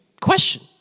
question